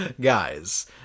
guys